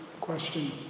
question